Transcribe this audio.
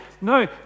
No